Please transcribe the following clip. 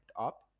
up